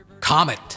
Comet